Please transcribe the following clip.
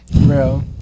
real